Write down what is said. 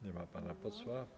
Nie ma pana posła.